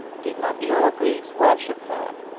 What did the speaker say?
did not the orgreaves worship her?